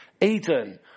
Eden